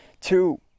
two